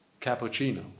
cappuccino